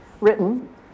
written